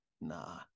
nah